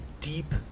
deep